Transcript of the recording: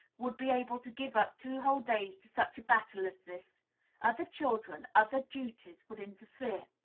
would be able to give up two whole days to such a battle as this other children, other duties, would interfere.